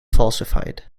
falsified